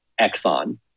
Exxon